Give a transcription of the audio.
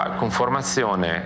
conformazione